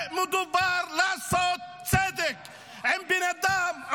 מדובר על לעשות צדק עם בן אדם,